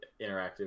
interactive